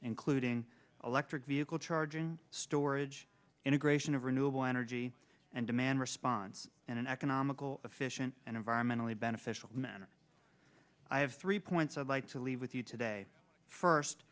including electric vehicle charging storage integration of renewable energy and demand response and an economical efficient and environmentally beneficial manner i have three points i'd like to leave with you today first